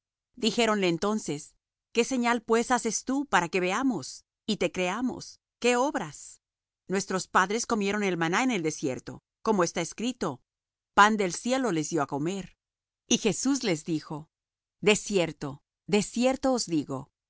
dijéronle entonces qué señal pues haces tú para que veamos y te creamos qué obras nuestros padres comieron el maná en el desierto como está escrito pan del cielo les dió á comer y jesús les dijo de cierto de cierto os digo